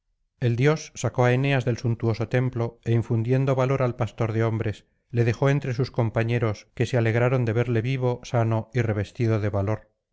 el dios sacó á eneas del suntuoso templo é infundiendo valor al pastor de hombres le dejó entre sus compañeros que se alegraron de verle vivo sano y revestido de valor